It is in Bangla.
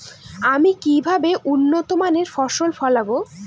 আমি কিভাবে উন্নত মানের ফসল ফলাব?